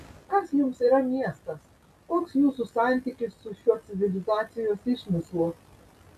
kas jums yra miestas koks jūsų santykis su šiuo civilizacijos išmislu